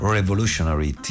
Revolutionary